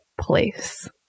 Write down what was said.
place